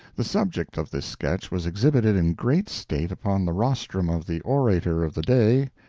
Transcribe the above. the subject of this sketch was exhibited in great state upon the rostrum of the orator of the day,